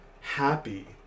happy